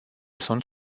sunt